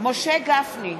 משה גפני,